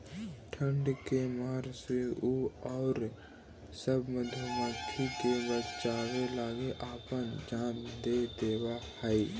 ठंड के मार से उ औउर सब मधुमाखी के बचावे लगी अपना जान दे देवऽ हई